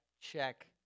check